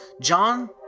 John